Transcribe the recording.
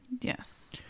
Yes